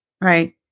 Right